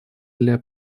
для